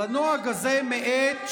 אבל הנוהג הזה, מעת שהוקמה,